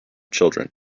children